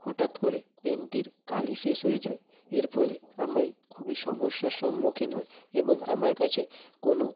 হঠাৎ করে পেনটির কালি শেষ হয়ে যায় এর ফলে আমি খুবই সমস্যার সম্মুখীন হই এবং আমার কাছে কোনও